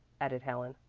added helen.